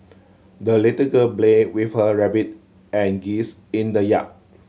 the little girl played with her rabbit and geese in the yard